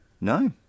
no